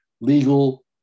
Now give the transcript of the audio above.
legal